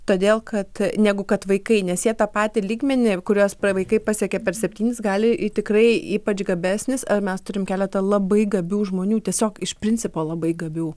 todėl kad negu kad vaikai nes jie tą patį lygmenį kuriuos vaikai pasiekė per septynis gali ir tikrai ypač gabesnis mes turim keletą labai gabių žmonių tiesiog iš principo labai gabių